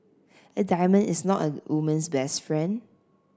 a diamond is not a woman's best friend